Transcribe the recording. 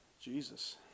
Jesus